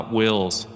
wills